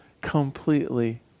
completely